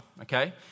Okay